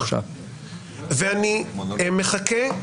ואני מחכה,